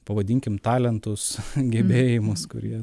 pavadinkim talentus gebėjimus kurie